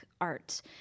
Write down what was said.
art